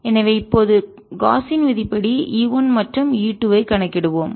எனவே இப்போது காஸின் விதிப்படி E 1 மற்றும் E2 ஐ கணக்கிடுவோம்